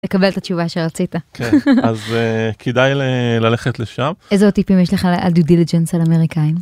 נקבל את התשובה שרצית. אז כדאי ללכת לשם. איזה טיפים יש לך על דיודילג'אנס על אמריקאים.